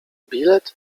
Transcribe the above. bilet